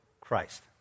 Christ